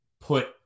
put